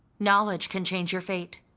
knowledge can change your fate,